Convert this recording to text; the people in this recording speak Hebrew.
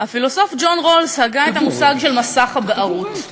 הפילוסוף ג'ון רולס הגה את המושג של "מסך הבערות".